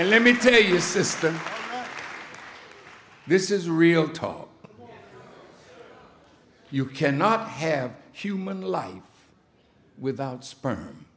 and let me tell you system this is real talk you cannot have human life without sperm